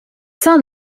son